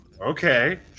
okay